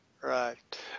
Right